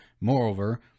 Moreover